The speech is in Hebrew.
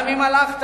גם אם הלכת,